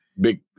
big